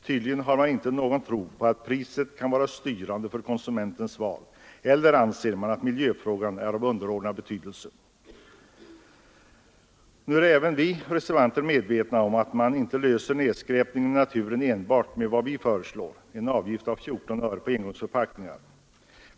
Tydligen har man inte någon tro på att priset kan vara styrande för-konsumentens val eller anser man att miljöfrågan är av underordnad betydelse. Nu är även vi reservanter medvetna om att man inte löser problemen med nedskräpningen i naturen enbart med vad vi föreslår — en avgift av 14 öre på engångsförpackningar.